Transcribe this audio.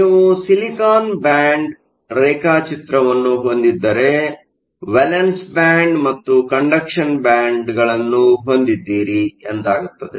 ನೀವು silicon band ರೇಖಾಚಿತ್ರವನ್ನು ಹೊಂದಿದ್ದರೆ ನೀವು ವೇಲೆನ್ಸ್ ಬ್ಯಾಂಡ್ ಮತ್ತು ಕಂಡಕ್ಷನ್ ಬ್ಯಾಂಡ್ ಅನ್ನು ಹೊಂದಿದ್ದೀರಿ ಎಂದಾಗುತ್ತದೆ